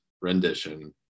rendition